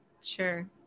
sure